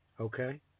okay